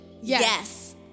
Yes